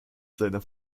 seiner